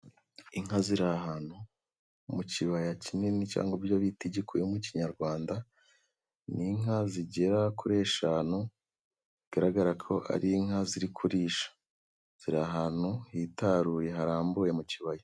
Inka ziri ahantu mu kibaya kinini cyangwa ibyo bita igikweye mu kinyarwanda, ni inka zigera kuri eshanu, bigaragara ko ari inka ziri kurisha, ziri ahantu hitaruye, harambuye mu kibaya.